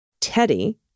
Teddy